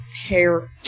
hair